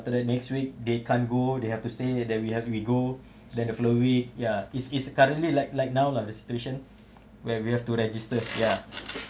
after that next week they can't go they have to say that we have we go then the follow week ya is is currently like like now lah the situation where we have to register ya